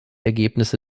ergebnisse